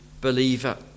believer